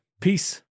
Peace